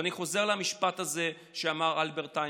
אני חוזר למשפט שאמר אלברט איינשטיין: